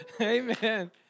Amen